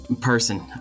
Person